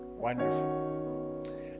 wonderful